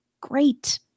great